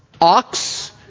Ox